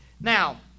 Now